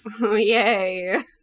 Yay